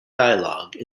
dialogue